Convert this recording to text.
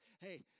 hey